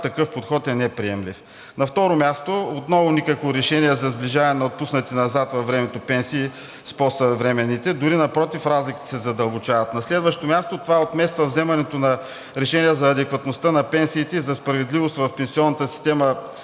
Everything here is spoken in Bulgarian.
такъв подход е неприемлив. На второ място, отново никакво решение за сближаване на отпуснати назад във времето пенсии с по-съвременните, дори напротив, разликите се задълбочават. На следващо място, това отмества вземането на решения за адекватността на пенсиите и за справедливост в пенсионната система